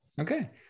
Okay